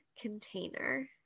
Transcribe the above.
container